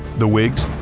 the whigs,